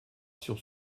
sur